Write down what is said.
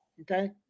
Okay